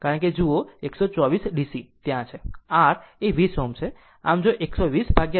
કારણ કે જો જુઓ કે 124 DC ત્યાં છે અને r R એ 20 ઓહ્મ છે